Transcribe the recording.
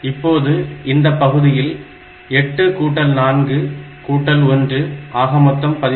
இப்போது இந்த பகுதியில் 8 கூட்டல் 4 கூட்டல் 1 ஆக மொத்தம் 13